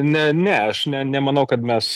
ne ne aš ne nemanau kad mes